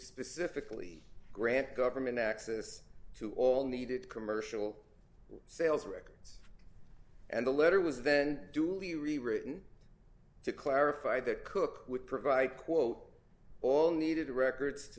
specifically grant government access to all needed commercial sales records and the letter was then duly rewritten to clarify that cook would provide quote all needed records to